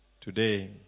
Today